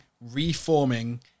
reforming